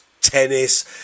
tennis